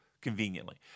conveniently